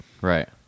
Right